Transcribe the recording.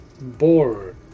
bored